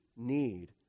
need